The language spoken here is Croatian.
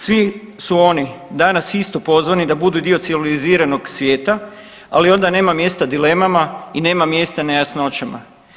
Svi su oni danas isto pozvani da budu dio civiliziranog svijeta, ali onda nema mjesta dilemama i nema mjesta nejasnoćama.